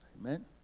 Amen